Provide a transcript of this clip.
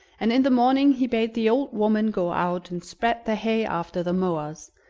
and in the morning he bade the old woman go out and spread the hay after the mowers,